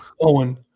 Owen